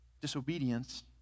disobedience